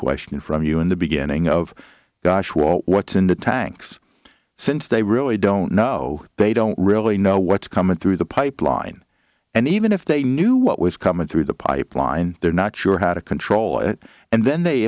question from you in the beginning of gosh well what's in the tanks since they really don't know they don't really know what's coming through the pipeline and even if they knew what was coming through the pipeline they're not sure how to control it and then they